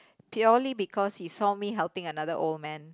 purely because he saw me helping another old man